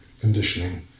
conditioning